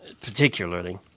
particularly